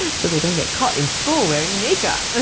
and so they don't get caught in school, wearing makeup! ah